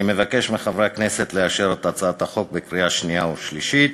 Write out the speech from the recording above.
אני מבקש מחברי הכנסת לאשר את הצעת החוק בקריאה שנייה ושלישית